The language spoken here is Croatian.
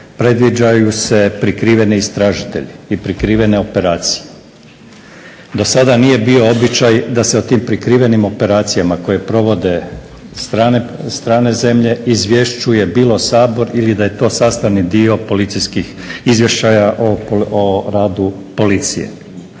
predviđaju se prikriveni istražitelji i prikrivene operacije. Do sada nije bio običaj da se o tim prikrivenim operacijama koje provode strane zemlje izvješćuje bilo Sabor ili da je to sastavni dio policijskih izvještaja o radu Policije.